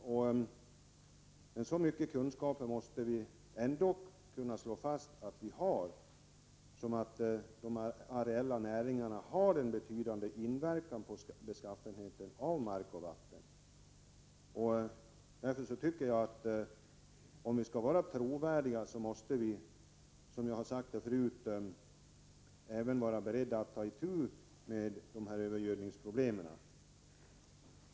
Vi har väl ändå så pass goda kunskaper i dessa frågor att vi är medvetna om att de areella näringarna har en betydande inverkan på markens och vattnets beskaffenhet. Således måste vi, som sagt, om vi vill vara trovärdiga, även vara beredda på att ta itu med övergödningsproblemen.